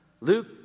Luke